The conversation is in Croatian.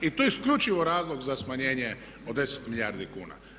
I to je isključivo razlog za smanjenje od 10 milijardi kuna.